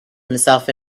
himself